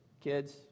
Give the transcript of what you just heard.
kids